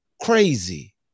crazy